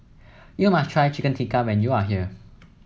you must try Chicken Tikka when you are here